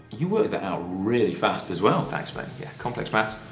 you worked that out really fast as well. thanks man, yeah. complex maths.